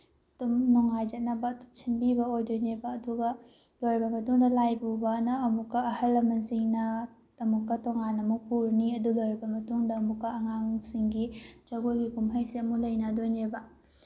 ꯑꯗꯨꯝ ꯅꯨꯡꯉꯥꯏꯖꯅꯕ ꯑꯗꯨ ꯁꯤꯟꯕꯤꯕ ꯑꯣꯏꯗꯣꯏꯅꯦꯕ ꯑꯗꯨꯒ ꯂꯣꯏꯔꯕ ꯃꯇꯨꯡꯗ ꯂꯥꯏ ꯄꯨꯕꯑꯅ ꯑꯃꯨꯛꯀ ꯑꯍꯜ ꯂꯃꯟꯁꯤꯡꯅ ꯑꯃꯨꯛꯀ ꯇꯣꯉꯥꯟꯅ ꯑꯃꯨꯛ ꯄꯨꯔꯅꯤ ꯑꯗꯨ ꯂꯣꯏꯔꯕ ꯃꯇꯨꯡꯗ ꯑꯃꯨꯛꯀ ꯑꯉꯥꯡꯁꯤꯡꯒꯤ ꯖꯒꯣꯏꯒꯤ ꯀꯨꯝꯍꯩꯁꯤ ꯑꯃꯨꯛ ꯂꯩꯅꯗꯣꯏꯅꯦꯕ